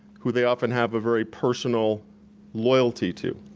who they often have a very personal loyalty to.